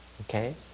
Okay